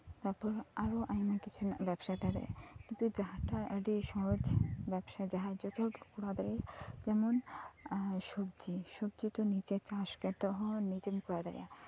ᱛᱟᱨᱯᱚᱨ ᱟᱨᱦᱚᱸ ᱟᱭᱢᱟ ᱠᱤᱪᱷᱩ ᱨᱮᱭᱟᱜ ᱵᱮᱵᱥᱟ ᱫᱟᱲᱮᱭᱟᱜᱼᱟ ᱠᱤᱱᱛᱩ ᱡᱟᱦᱟᱸᱴᱟᱜ ᱟᱹᱰᱤ ᱥᱚᱦᱚᱡ ᱵᱮᱵᱥᱟ ᱡᱟᱦᱟᱸ ᱡᱚᱛᱚ ᱦᱚᱲ ᱠᱚ ᱠᱚᱨᱟᱣ ᱫᱟᱲᱮᱭᱟᱜ ᱡᱮᱢᱚᱱ ᱥᱚᱵᱡᱤ ᱥᱚᱵᱡᱤ ᱫᱚ ᱱᱤᱡᱮᱨ ᱪᱟᱥ ᱠᱟᱛᱮ ᱨᱮᱦᱚᱸ ᱱᱤᱡᱮᱢ ᱠᱚᱨᱟᱣ ᱫᱟᱲᱮᱭᱟᱜᱼᱟ